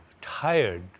tired